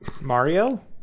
Mario